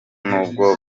nubwo